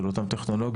של אותם טכנולוגים,